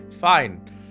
Fine